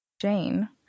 Jane